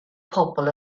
pobl